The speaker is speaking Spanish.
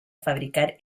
fabricar